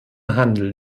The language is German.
handel